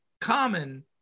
common